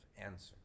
answer